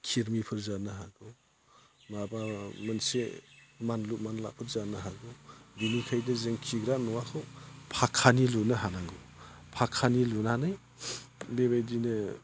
खिरमिफोर जानो हागौ माबा मोनसे मानलु मानलाफोर जानो हागौ बेनिखायनो जों खिग्रा न'खौ फाखानि लुनो हानांगौ फाखानि लुनानै बेबायदिनो